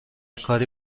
کاری